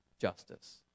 justice